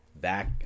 back